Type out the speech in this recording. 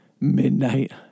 midnight